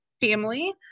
family